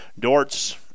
Dortz